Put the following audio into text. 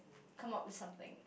come up with something